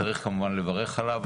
- צריך כמובן לברך עליו.